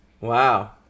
wow